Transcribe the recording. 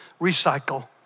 recycle